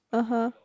(uh huh)